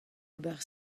ober